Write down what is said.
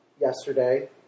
yesterday